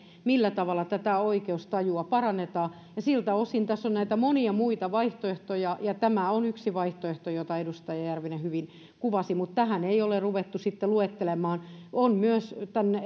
niin millä tavalla tätä oikeustilaa parannetaan siltä osin tässä on näitä monia muita vaihtoehtoja ja tämä on yksi vaihtoehto jota edustaja järvinen hyvin kuvasi mutta tähän ei ole ruvettu sitten luettelemaan on myös